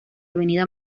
avenida